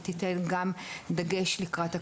היא תיתן גם דגש לקראת הקיץ,